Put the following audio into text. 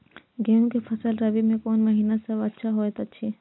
गेहूँ के फसल रबि मे कोन महिना सब अच्छा होयत अछि?